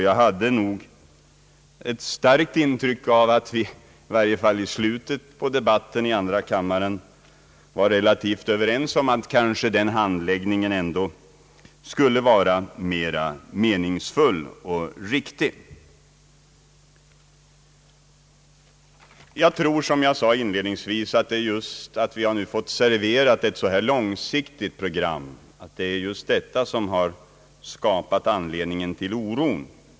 Jag hade ett starkt intryck av att vi i varje fall i slutet av debatten i andra kammaren var i stort sett överens om att den handläggningen kanske ändå skulle vara mera meningsfull och riktig. Jag tror, som jag sade inledningsvis, att vad som givit anledning till oron är just att vi nu har fått en sådan här långsiktig redovisning.